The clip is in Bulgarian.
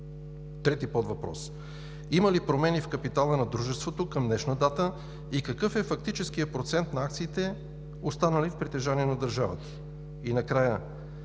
Трети подвъпрос: има ли промени в капитала на дружеството към днешна дата и какъв е фактическият процент на акциите, останали в притежание на държавата? И накрая,